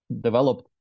developed